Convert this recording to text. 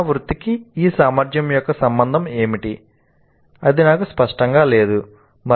నా వృత్తికి ఈ సామర్థ్యం యొక్క సంబంధం ఏమిటి అది నాకు స్పష్టంగా లేదు '